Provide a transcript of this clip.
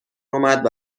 اومد